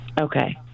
Okay